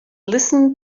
listened